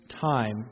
time